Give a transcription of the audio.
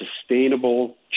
sustainable